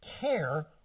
care